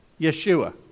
Yeshua